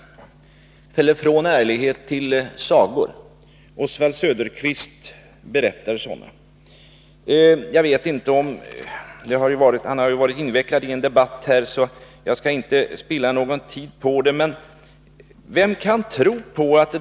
Från ärlighet till sagor: Oswald Söderqvist berättar sådana. Han har ju varit invecklad i en debatt här, och jag skall inte spilla så mycken tid på hans inlägg.